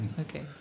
okay